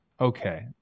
okay